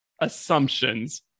assumptions